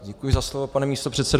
Děkuji za slovo, pane místopředsedo.